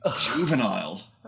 juvenile